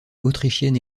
autrichienne